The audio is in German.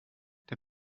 der